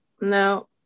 no